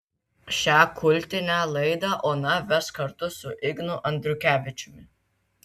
šią kultinę laidą ona ves kartu su ignu andriukevičiumi